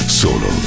solo